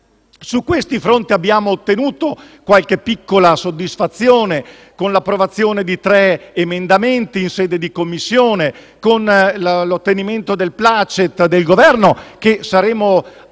impegnati e abbiamo ottenuto qualche piccola soddisfazione con l'approvazione di tre emendamenti in sede di Commissione, con l'ottenimento del *placet* del Governo. Saremo